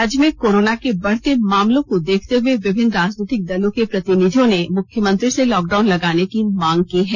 राज्य में कोरोना के बढ़ते मामलों को देखते हुए विभिन्न राजनीतिक दलों के प्रतिनिधियों ने मुख्यमंत्री से लॉकडाउन लगाने की मांग की है